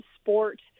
sport